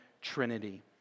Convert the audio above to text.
Trinity